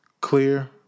Clear